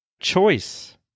choice